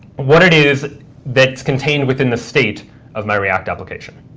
what it is that's contained within the state of my react application.